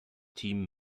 team